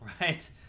right